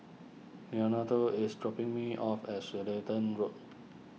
Leonardo is dropping me off at Road